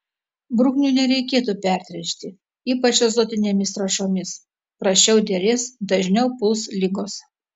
bruknių nereikėtų pertręšti ypač azotinėmis trąšomis prasčiau derės dažniau puls ligos